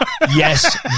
Yes